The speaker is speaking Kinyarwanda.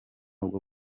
bwo